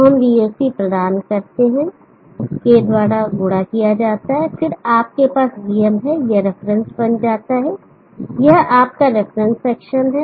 तो हम voc प्रदान करते हैं K द्वारा गुणा किया जाता है और आपके पास vm है यह रेफरेंस बन जाता है यह आपका रेफरेंस सेक्शन है